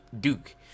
Duke